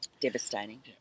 Devastating